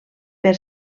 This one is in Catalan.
per